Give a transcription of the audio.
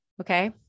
Okay